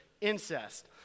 incest